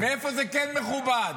מאיפה זה כן מכובד?